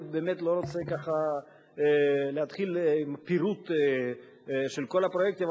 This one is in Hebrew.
אני באמת לא רוצה ככה להתחיל עם פירוט של כל הפרויקטים.